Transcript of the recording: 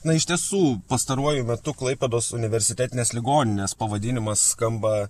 na iš tiesų pastaruoju metu klaipėdos universitetinės ligoninės pavadinimas skamba